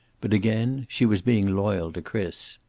but again, she was being loyal to chris.